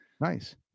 Nice